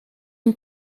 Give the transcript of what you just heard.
een